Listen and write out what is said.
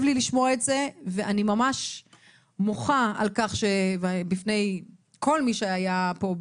ממש מוחה בפני כל מי שהיה פה,